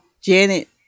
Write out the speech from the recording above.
Janet